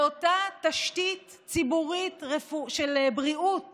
לאותה תשתית ציבורית של בריאות